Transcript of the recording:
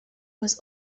was